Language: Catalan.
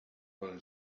pel